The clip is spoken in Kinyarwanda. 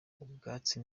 ubwatsi